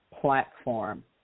platform